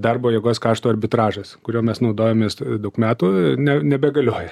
darbo jėgos kašto arbitražas kuriuo mes naudojamės daug metų į ne nebegalioja